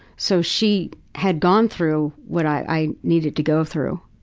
so she had gone through what i needed to go through.